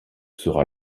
sera